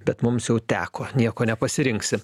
bet mums jau teko nieko nepasirinksi